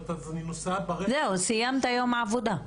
זהו, סיימת יום עבודה.